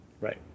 Right